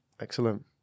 Excellent